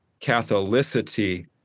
Catholicity